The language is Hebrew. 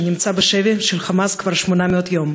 שנמצא בשבי ה"חמאס" כבר 800 יום.